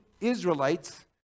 Israelites